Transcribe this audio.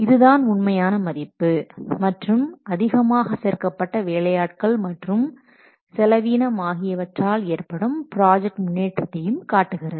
இதுதான் உண்மையான மதிப்பு மற்றும் அதிகமாக சேர்க்கப்பட்ட வேலை ஆட்கள் மற்றும் செலவினம் ஆகியவற்றால் ஏற்படும் ப்ராஜெக்ட் முன்னேற்றத்தையும் காட்டுகிறது